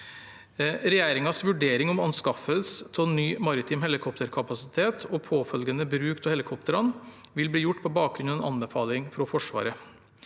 Regjeringens vurdering om anskaffelse av ny maritim helikopterkapasitet og påfølgende bruk av helikoptrene vil bli gjort på bakgrunn av en anbefaling fra Forsvaret.